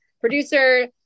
producer